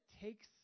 takes